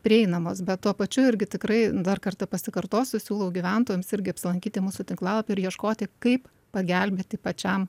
prieinamos bet tuo pačiu irgi tikrai dar kartą pasikartosiu siūlau gyventojams irgi apsilankyti mūsų tinklalapy ir ieškoti kaip pagelbėti pačiam